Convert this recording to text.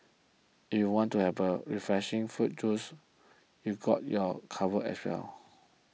if you want to have a refreshing fruit juice they got you covered as well